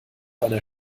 einer